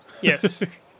Yes